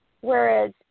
Whereas